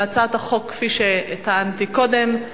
להצעת החוק, כפי שטענתי קודם.